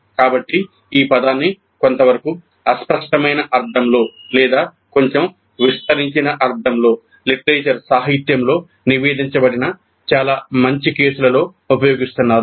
కాబట్టి ఈ పదాన్ని కొంతవరకు అస్పష్టమైన అర్థంలో లేదా కొంచెం విస్తరించిన అర్థంలో సాహిత్యంలో నివేదించబడిన చాలా మంచి కేసులలో ఉపయోగిస్తున్నారు